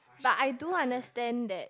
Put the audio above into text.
but I do understand that